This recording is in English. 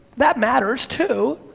that matters too,